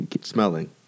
Smelling